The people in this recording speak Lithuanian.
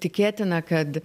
tikėtina kad